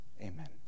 Amen